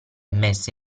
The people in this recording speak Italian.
messa